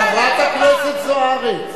חברת הכנסת זוארץ.